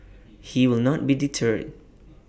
he will not be deterred